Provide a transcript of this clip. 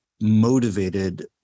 motivated